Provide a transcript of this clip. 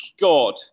God